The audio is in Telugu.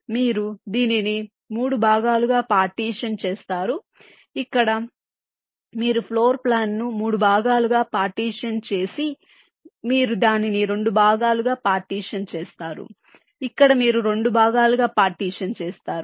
మీరు దీనిని 3 భాగాలుగా పార్టీషన్ చేస్తారు ఇక్కడ మీరు ఫ్లోర్ ప్లాన్ ను 3 భాగాలుగా పార్టీషన్ చేస్తారు ఇక్కడ మీరు దానిని 2 భాగాలుగా పార్టీషన్ చేస్తారు ఇక్కడ మీరు 2 భాగాలుగా పార్టీషన్ చేస్తారు